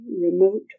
remote